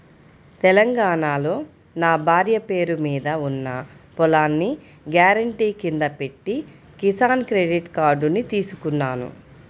తెలంగాణాలో నా భార్య పేరు మీద ఉన్న పొలాన్ని గ్యారెంటీ కింద పెట్టి కిసాన్ క్రెడిట్ కార్డుని తీసుకున్నాను